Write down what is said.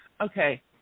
okay